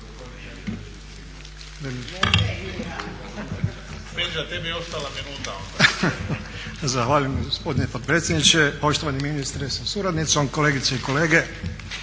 Zahvaljujem gospodine potpredsjedniče. Poštovani ministre sa suradnicom, kolegice i kolege.